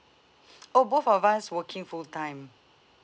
oh both of us working full time